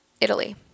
Italy